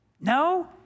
No